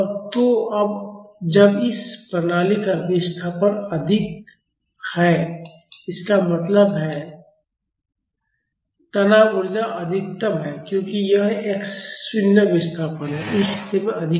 तो अब जब इस प्रणाली का विस्थापन अधिकतम है इसका मतलब है तनाव ऊर्जा अधिकतम है क्योंकि यह एक्स 0 विस्थापन है इस स्थिति में अधिकतम है